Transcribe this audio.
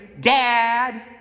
dad